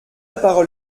parole